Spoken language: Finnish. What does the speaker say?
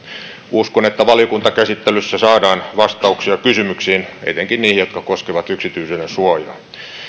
uskon että valiokuntakäsittelyssä saadaan vastauksia kysymyksiin etenkin niihin jotka koskevat yksityisyydensuojaa